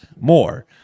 more